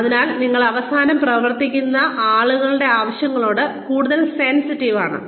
അതിനാൽ നിങ്ങൾ അവസാനം പ്രവർത്തിക്കുന്ന ആളുകളുടെ ആവശ്യങ്ങളോട് കൂടുതൽ സെൻസിറ്റീവ് ആണ്